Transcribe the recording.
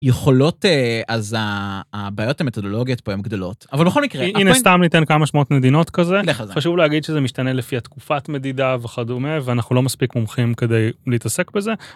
יכולות אז הבעיות המתודולוגיות פה הם גדלות אבל בכל מקרה הנה סתם ניתן כמה שמות מדינות כזה, לך על זה, חשוב להגיד שזה משתנה לפי התקופת מדידה וכדומה ואנחנו לא מספיק מומחים כדי להתעסק בזה.